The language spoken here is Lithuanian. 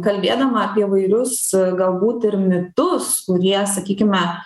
kalbėdama apie įvairius galbūt ir mitus kurie sakykime